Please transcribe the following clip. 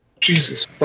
jesus